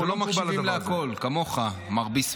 מה הוא אמר עכשיו?